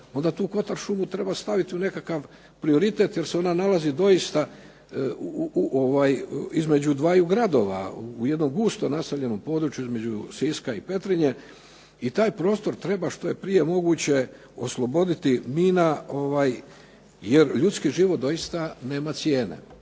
onda tu Kotor šumu treba staviti u nekakav prioritet jer se ona nalazi doista između dvaju gradova, u jednom gusto naseljenom području između Siska i Petrinje. I taj prostor treba što je prije moguće osloboditi jer ljudski život doista nema cijene.